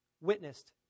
witnessed